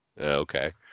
Okay